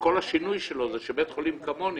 שכל השינוי שלו זה שבית חולים כמוני,